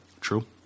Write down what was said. True